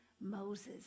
Moses